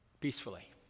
peacefully